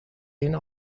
این